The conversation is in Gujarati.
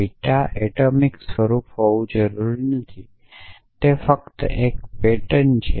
બીટા એટોમિક સ્વરૂપ હોવું જરૂરી નથી તે ફક્ત તે એક પેટર્ન છે